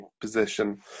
position